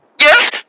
Yes